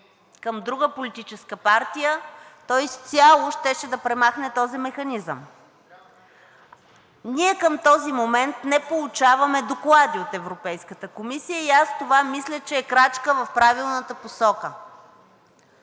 към друга политическа партия, то изцяло щеше да премахне този механизъм. Ние към този момент не получаваме доклади от Европейската комисия и аз мисля, че това е крачка в правилната посока.